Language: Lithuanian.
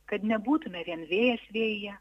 kad nebūtume vien vėjas vėjyje